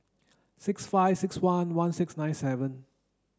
six five six one one six nine seven